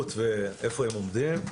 ואיפה הם עומדים.